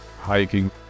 hiking